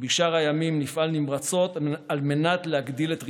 ובשאר הימים נפעל נמרצות על מנת להגדיל את רווחתם,